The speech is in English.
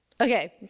Okay